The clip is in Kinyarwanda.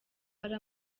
hari